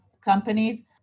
companies